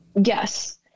Yes